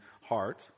heart